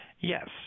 yes